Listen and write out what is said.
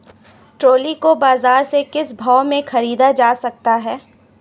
Trolley को बाजार से किस भाव में ख़रीदा जा सकता है?